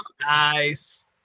Nice